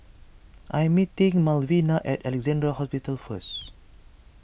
I am meeting Malvina at Alexandra Hospital first